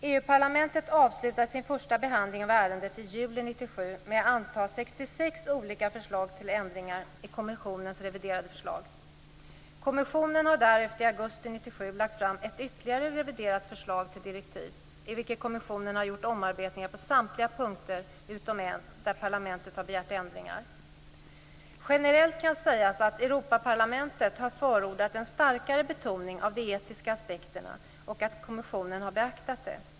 EU-parlamentet avslutade sin första behandling av ärendet i juli 1997 med att anta 66 olika förslag till ändringar i kommissionens reviderade förslag. Kommissionen har därefter, i augusti 1997, lagt fram ett ytterligare reviderat förslag till direktiv i vilket man gjort omarbetningar på samtliga punkter utom en, där parlamentet har begärt ändringar. Generellt kan sägas att Europaparlamentet har förordat en starkare betoning av de etiska aspekterna och att kommissionen har beaktat detta.